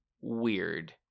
weird